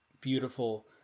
beautiful